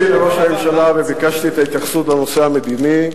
משפניתי לראש הממשלה וביקשתי את ההתייחסות לנושא המדיני,